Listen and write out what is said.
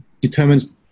determines